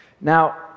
Now